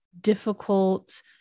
difficult